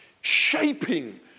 shaping